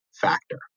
factor